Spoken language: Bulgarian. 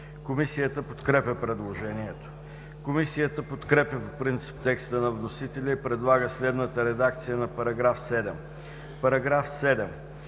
Комисията подкрепя предложението. Комисията подкрепя по принцип текста на вносителя и предлага следната редакция на § 7: „§ 7.